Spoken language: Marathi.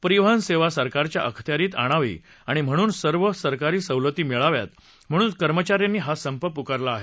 परिवहन सेवा सरकारच्या अखत्यारीत आणावी म्हणूनआणि सर्व सरकारी सवलती मिळाव्यात म्हणून कर्मचाऱ्यांनी हा संप पुकारला आहे